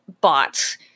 bots